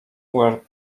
were